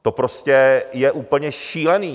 To prostě je úplně šílený.